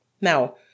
Now